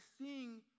seeing